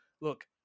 look